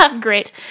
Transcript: Great